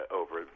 over